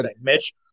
mitch